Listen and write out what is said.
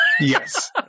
Yes